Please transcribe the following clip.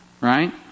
Right